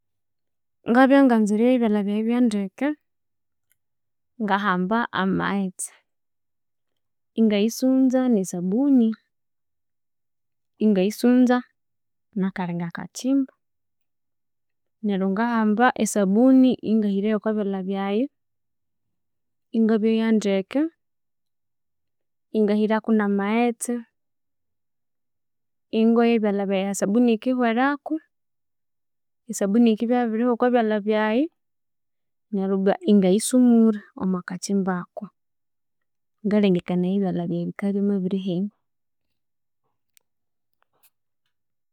Ngabya inganza eryoya ebyalha byaghe ndeke ngahamba amaghetse, ingaghisunza ne sabuni ingaghisunza nakalhinga kakimba, neryongahamba esabuni ngahira yokwabyalh byaghi ingabyoya ndeke ingahirako na maghetse ingsbyoya ndeke ingahiraku na maghetse ingoya ebyalha byaghe aha sabuni yikihweraku esabuni yikibya yabirhwa okwa byalha byaghe neryu ibwa. Ingaghisumura omwa kakimba aku ngalhengekania indi eyalha byaghe bikabya ibya mahenia.